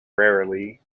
rarely